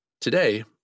Today